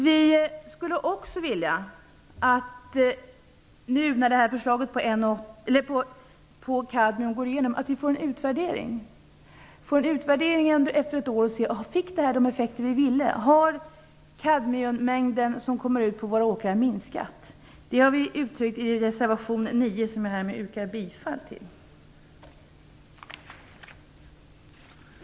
Vi skulle också vilja ha en utvärdering efter ett år för att se om det fick de effekter som ville. Har kadmiummängden på våra åkrar minskat? Det har vi uttryckt i reservation 9, som jag yrkar bifall till.